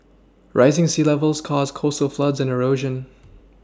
rising sea levels cause coastal floods and erosion